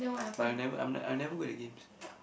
but I'll never I'm I'm never good at games